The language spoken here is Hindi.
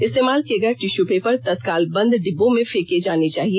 इस्तेमाल किये गये टिश्यू पेपर तत्काल बंद डिब्बों में फेंके जाने चाहिए